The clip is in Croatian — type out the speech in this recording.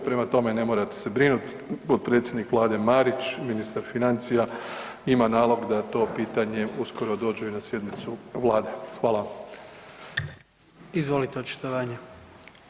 Prema tome, ne morate se brinut, potpredsjednik Vlade Marić, ministar financija ima nalog da to pitanje uskoro dođe na i na sjednicu Vlade.